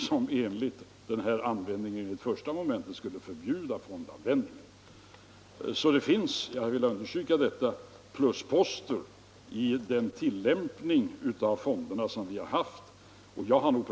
Det finns alltså — jag vill understryka detta — plusposter i tillämpningen av reglerna för fondanvändningen enligt 9.3.